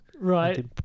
Right